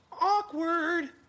awkward